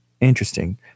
Interesting